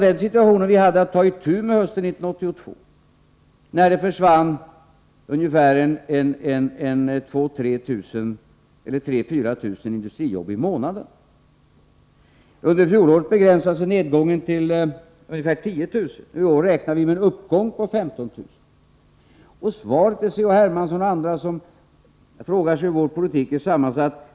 Den situation som vi hade att ta itu med hösten 1982 var att det försvann ungefär 3 000-4 000 industrijobb i månaden. Under fjolåret begränsade sig nedgången till ungefär 10 000. I år räknar vi med en uppgång på 15 000. C.-H. Hermansson frågade hur vår politik är sammansatt.